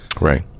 right